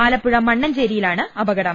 ആലപ്പുഴ മണ്ണഞ്ചേരിയിലാണ് അപകടം